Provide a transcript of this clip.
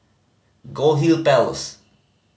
Goldhill Place